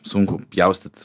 sunku pjaustyt